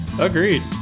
agreed